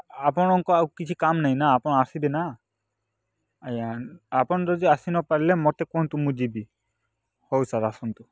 ଆପଣଙ୍କ ଆଉ କିଛି କାମ୍ ନାଇଁନା ଆପଣ ଆସିବେନା ଆଜ୍ଞା ଆପଣ ଯଦି ଆସି ନପାରିଲେ ମତେ କୁହନ୍ତୁ ମୁଁ ଯିବି ହଉ ସାର୍ ଆସନ୍ତୁ